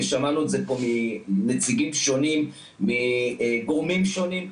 ושמענו את זה מנציגים שונים וגורמים שונים,